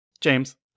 James